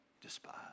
despise